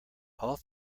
all